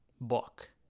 book